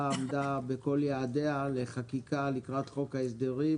עמדה בכל יעדיה לחקיקה לקראת חוק ההסדרים.